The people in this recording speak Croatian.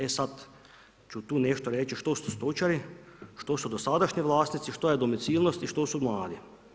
E sad ću tu nešto reći što su stočari, što su dosadašnji vlasnici, što je domicilnost i što su mladi.